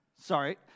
sorry